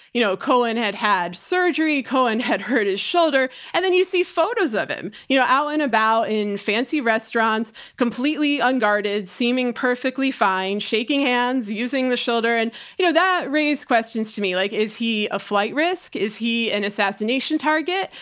you know, cohen had had surgery, cohen had heard his shoulder and then you see photos of him, you know out and about in fancy restaurants, completely unguarded seeming perfectly fine, shaking hands using the shoulder and you know that raised questions to me like is he a flight risk, is he an assassination target?